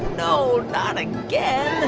no, not again